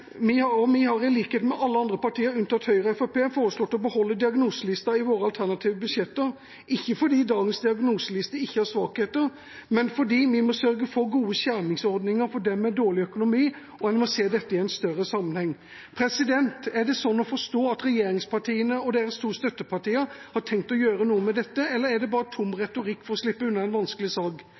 i Arbeiderpartiet, men vi har i likhet med alle andre partier, unntatt Høyre og Fremskrittspartiet, foreslått å beholde diagnoselista i våre alternative budsjetter, ikke fordi dagens diagnoseliste ikke har svakheter, men fordi vi må sørge for gode skjermingsordninger for dem med dårlig økonomi, og en må se dette i en større sammenheng. Er det sånn å forstå at regjeringspartiene og dens to støttepartier har tenkt å gjøre noe med dette, eller er det bare tom retorikk for å slippe unna en vanskelig